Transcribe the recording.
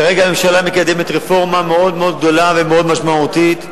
כרגע הממשלה מקדמת רפורמה מאוד מאוד גדולה ומאוד משמעותית,